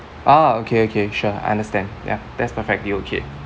ah okay okay sure I understand ya that's perfectly okay